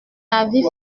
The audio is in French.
avis